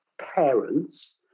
parents